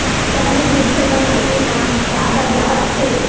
पानी गिरथे ता माटी मा का बदलाव आथे?